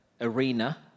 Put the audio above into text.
arena